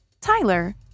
Tyler